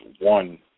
one